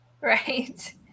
Right